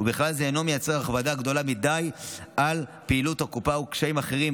ובכלל זה אינו יוצר הכבדה גדולה מדי על פעילות הקופה או קשיים אחרים,